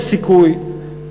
יש סיכוי,